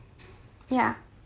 ya